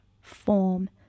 form